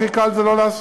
הכי קל זה לא לעשות.